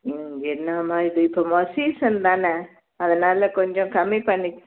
ம் என்னாம்மா இது இப்போது மா சீசன் தானே அதனால் கொஞ்சம் கம்மி பண்ணி